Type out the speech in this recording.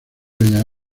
bellas